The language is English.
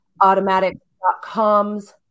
automatic.com's